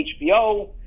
HBO